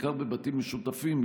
בעיקר בבתים משותפים,